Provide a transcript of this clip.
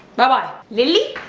bye bye! lilly!